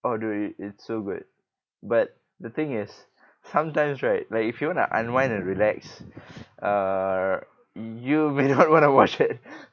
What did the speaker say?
oh dude it it's so good but the thing is sometimes right like if you want to unwind and relax err you may not want to watch it